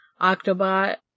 Octobot